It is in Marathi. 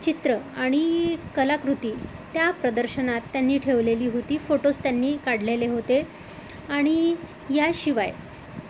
चित्र आणि कलाकृती त्या प्रदर्शनात त्यांनी ठेवलेली होती फोटोज त्यांनी काढलेले होते आणि याशिवाय